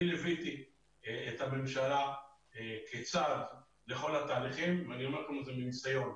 אני ליוויתי את הממשלה כצד לכול התהליכים ואני אומר פה מניסיון: